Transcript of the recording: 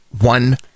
one